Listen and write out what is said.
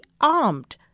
armed